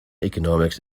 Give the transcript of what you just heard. economics